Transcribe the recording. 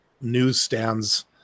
newsstands